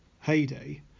heyday